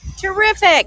Terrific